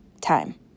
time